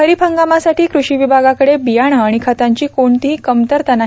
खरीप हंगामासाठी कूषी विभागाकडे बियाणं आणि खतांची कोणतीही कमतरता नाही